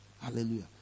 Hallelujah